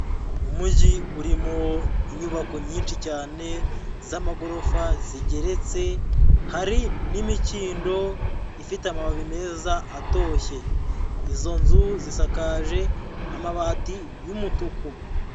Umujyi urimo inyubako nyinshi cyane z'amagorofa zigeretse, hari n'imikindo ifite amababi meza atoshye. Izo nzu zisakaje amabati y'umutuku.